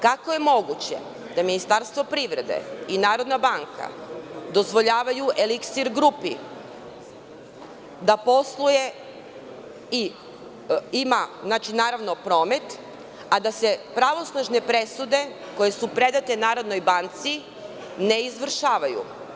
Kako je moguće da Ministarstvo privrede i Narodna banka dozvoljavaju „Eliksir grupi“ da posluje i ima promet, a da se pravosnažne presude koje su predate Narodnoj banci ne izvršavaju?